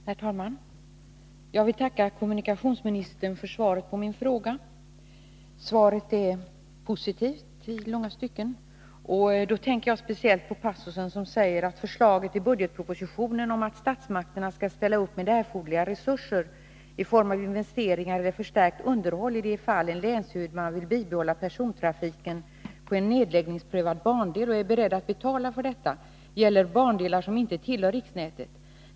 Herr talman! Jag vill tacka kommunikationsministern för svaret på min fråga. Svaret är i långa stycken positivt. Då tänker jag speciellt på den passus som säger att förslaget i budgetpropositionen om att statsmakterna skall ställa upp med erforderliga resurser i form av investeringar eller förstärkt underhåll i de fall en länshuvudman vill bibehålla persontrafiken på en nedläggningsprövad bandel och är beredd att betala för detta gäller bandelar som inte tillhör riksnätet.